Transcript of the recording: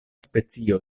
specio